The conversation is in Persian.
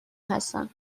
هستم